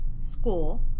School